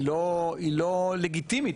היא לא לגיטימית,